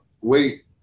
wait